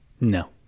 no